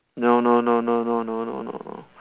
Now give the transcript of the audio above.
no no no no no no no no